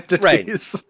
Right